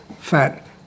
fat